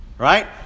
right